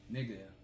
Nigga